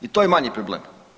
I to je manji problem.